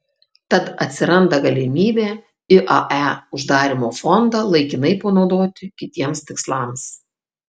tad atsiranda galimybė iae uždarymo fondą laikinai panaudoti kitiems tikslams